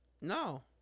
no